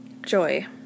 Joy